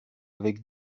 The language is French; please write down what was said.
avec